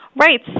Right